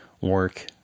work